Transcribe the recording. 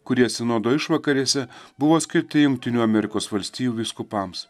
kurie sinodo išvakarėse buvo skirti jungtinių amerikos valstijų vyskupams